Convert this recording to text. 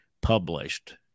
published